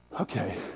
Okay